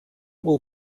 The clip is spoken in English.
will